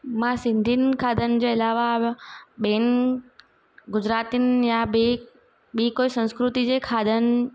मां सिंधीयुनि खाधनि जे अलावा ॿियनि गुजरातियुनि या ॿिए ॿी कोई संस्कृती जे खाधनि